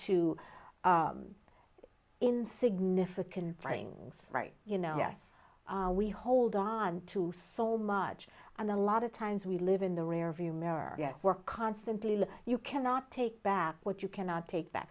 to in significant brings right you know yes we hold on to so much and a lot of times we live in the rearview mirror yes we're constantly you cannot take back what you cannot take